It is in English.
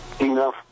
enough